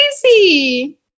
crazy